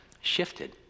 shifted